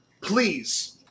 please